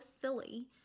silly